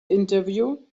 interview